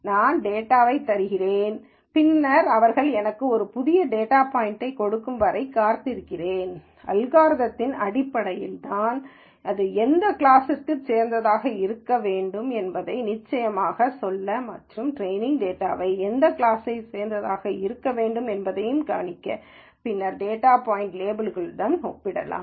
நான் டேட்டாவைத் தருகிறேன் பின்னர் அவர்கள் எனக்கு ஒரு புதிய டேட்டா பாய்ன்ட்யைக் கொடுக்கும் வரை காத்திருக்கிறேன் அல்காரிதம்யின் அடிப்படையில் தான் அது எந்த கிளாஸைச் சேர்ந்ததாக இருக்க வேண்டும் என்று நிச்சயமாக சொல்ல மற்றும் டிரேயின்டேட்டாஎந்த கிளாஸைச் சேர்ந்ததாக இருக்க வேண்டும் என்பதையும் கணிக்க பின்னர் டேட்டா பாய்ன்ட் லேபிளுடன் ஒப்பிடலாம்